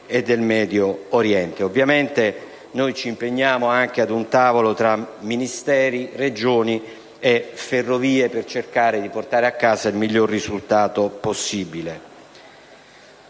e del Medio Oriente. Ovviamente noi ci impegniamo ad un tavolo tra Ministeri, Regioni e Ferrovie per cercare di portare a casa il miglior risultato possibile.